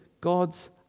God's